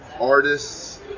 artists